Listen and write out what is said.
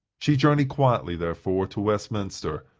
she journeyed quietly, therefore, to westminster,